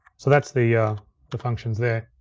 so that's the the functions there.